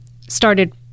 started